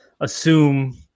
assume